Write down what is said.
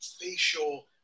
facial